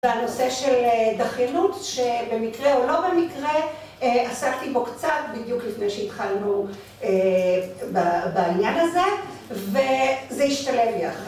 זה הנושא של דכאינות, שבמקרה או לא במקרה עשיתי בו קצת, בדיוק לפני שהתחלנו בעניין הזה, וזה השתלם ביחד.